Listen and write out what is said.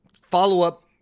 follow-up